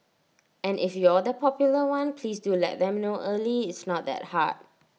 and if you're the popular one please do let them know early it's not that hard